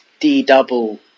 D-double